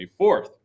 24th